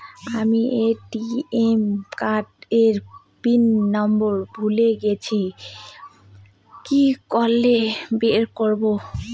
আমি ATM card এর PIN number ভুলে গেছি কি করে বের করব?